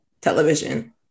television